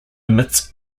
emits